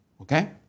Okay